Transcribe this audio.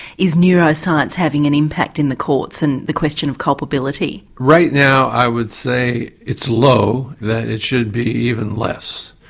is neuroscience having an impact in the courts and the question of culpability? right now i would say it's low, that it should be even less.